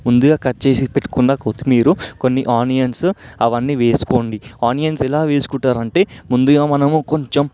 ముందుగా కట్ చేసి పెట్టుకున్న కొత్తిమీర కొన్ని ఆనియన్స్ అవన్నీ వేసుకోండి ఆనియన్స్ ఎలా వేసుకుంటారంటే ముందుగా మనము కొంచెం